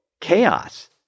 chaos